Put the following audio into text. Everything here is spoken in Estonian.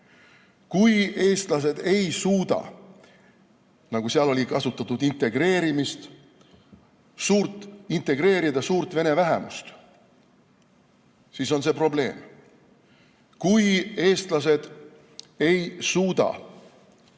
kui eestlased ei suuda – seal oli kasutatud sõna "integreerimine" – integreerida suurt vene vähemust, siis on see probleem. Kui eestlased ei suuda